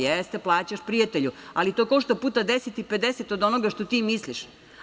Jeste, plaćaš prijatelju, ali to košta puta deset i pedeset od onoga što ti misliš.